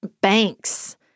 banks